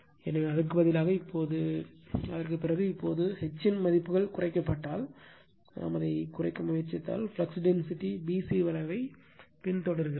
எனவே அதற்குப் பிறகு இப்போது H இன் மதிப்புகள் குறைக்கப்பட்டால் அதைக் குறைக்க முயற்சித்தால் ஃப்ளக்ஸ் டென்சிட்டி b c வளைவைப் பின்தொடர்கிறது